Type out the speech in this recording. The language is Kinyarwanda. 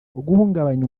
guhungabanya